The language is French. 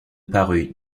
parut